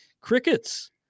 crickets